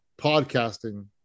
podcasting